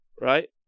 right